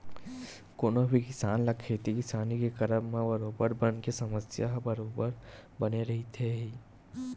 कोनो भी किसान ल खेती किसानी के करब म बरोबर बन के समस्या ह बरोबर बने रहिथे ही